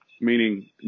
Meaning